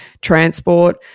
transport